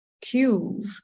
cube